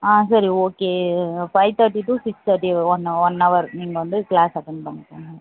ஆ சரி okay five thirty two six thirty one one hour நீங்கள் வந்து க்ளாஸ் அட்டண்ட் பண்ணுங்கள் ம்